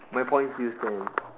my point still stand